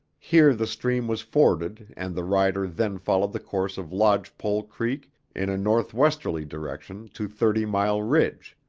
here the stream was forded and the rider then followed the course of lodge pole creek in a northwesterly direction to thirty mile ridge.